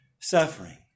suffering